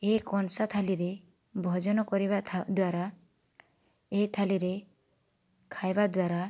ଏହି କଂସା ଥାଳିରେ ଭୋଜନ କରିବା ଦ୍ୱାରା ଏହି ଥାଳିରେ ଖାଇବା ଦ୍ୱାରା